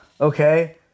okay